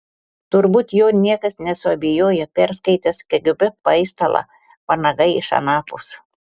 turbūt juo niekas nesuabejojo perskaitęs kgb paistalą vanagai iš anapus